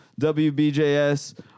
WBJS